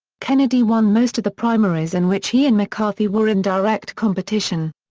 kennedy won most of the primaries in which he and mccarthy were in direct competition.